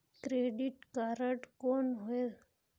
Credit card कौन होएल?